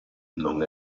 non